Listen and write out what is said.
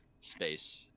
space